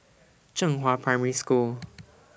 Zhenghua Primary School